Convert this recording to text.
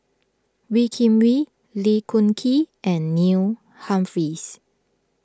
Wee Kim Wee Lee Choon Kee and Neil Humphreys